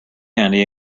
handy